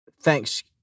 Thanks